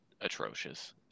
atrocious